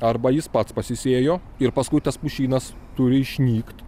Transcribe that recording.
arba jis pats pasisėjo ir paskui tas pušynas turi išnykt